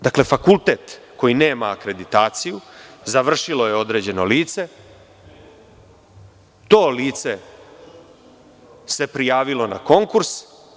Znači, fakultet koji nema akreditaciju završilo je određeno lice i to lice se prijavilo na konkurs…